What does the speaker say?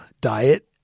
diet